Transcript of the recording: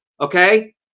Okay